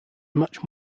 much